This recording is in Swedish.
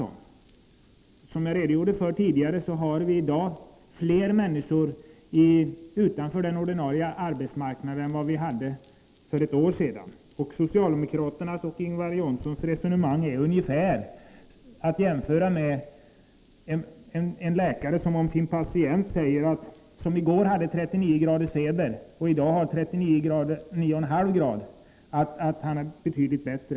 Såsom jag redogjorde för tidigare har vi i dag fler människor utanför den ordinarie arbetsmarknaden än vi hade för ett år sedan, och Ingvar Johnssons och övriga socialdemokraters resonemang är ungefär att jämföra med en läkare som om sin patient, som i går hade 39 graders feber och i dag har 39,5 grader, säger att han är betydligt bättre.